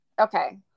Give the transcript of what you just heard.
Okay